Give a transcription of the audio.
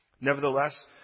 Nevertheless